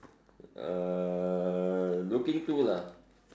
uh looking to lah